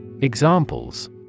examples